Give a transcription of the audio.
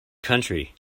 country